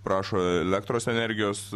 prašo elektros energijos